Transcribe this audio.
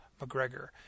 McGregor